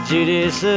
Judas